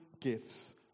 gifts